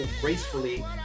gracefully